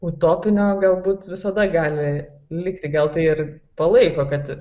utopinio galbūt visada gali likti gal tai ir palaiko kad